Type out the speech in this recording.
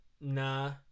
nah